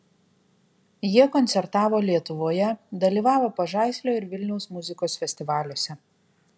jie koncertavo lietuvoje dalyvavo pažaislio ir vilniaus muzikos festivaliuose